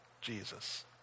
Jesus